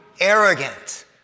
arrogant